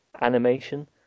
animation